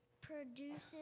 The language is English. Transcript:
produces